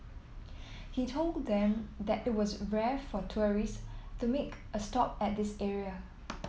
he told them that it was rare for tourists to make a stop at this area